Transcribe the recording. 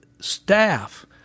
staff